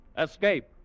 Escape